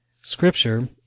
Scripture